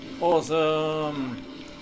Awesome